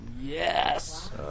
Yes